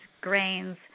grains